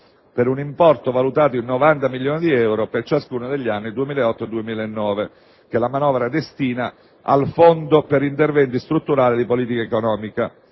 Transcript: per un importo valutato in 90 milioni di euro per ciascuno degli anni 2008 e 2009, che la manovra destina al Fondo per interventi strutturali di politica economica.